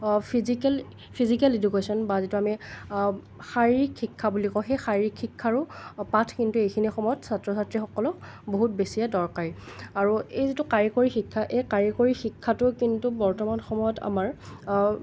physical physical education বা যিটো আমি শাৰীৰিক শিক্ষা বুলি কওঁ সেই শাৰীৰিক শিক্ষাৰো পাঠ কিন্তু এইখিনি সময়ত ছাত্ৰ ছাত্ৰীসকলক বহুত বেছিয়ে দৰকাৰী আৰু এই যিটো কাৰিকৰী শিক্ষা এই কাৰিকৰী শিক্ষাটো কিন্তু বৰ্তমান সময়ত আমাৰ